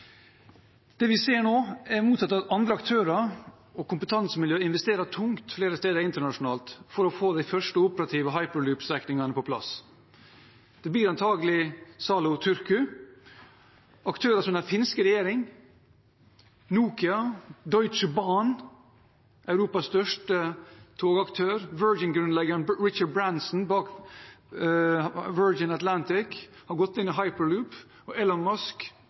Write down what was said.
Det vi ser nå, er det motsatte, at andre aktører og kompetansemiljø investerer tungt flere steder internasjonalt for å få de første operative hyperloop-strekningene på plass. Det blir antakelig Salo–Turku. Aktører som den finske regjering, Nokia, Deutsche Bahn, Europas største togaktør, Virgin-grunnlegger Richard Branson, som står bak Virgin Atlantic, har gått inn i hyperloop, og